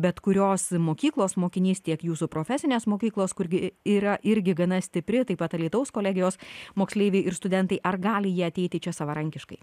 bet kurios mokyklos mokinys tiek jūsų profesinės mokyklos kuri yra irgi gana stipri taip pat alytaus kolegijos moksleiviai ir studentai ar gali jie ateiti čia savarankiškai